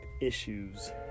issues